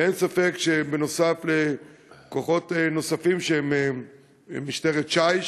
אין ספק שנוסף על כוחות נוספים שהם משטרת ש"י,